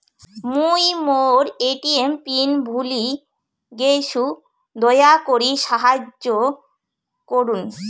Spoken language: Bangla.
মুই মোর এ.টি.এম পিন ভুলে গেইসু, দয়া করি সাহাইয্য করুন